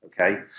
Okay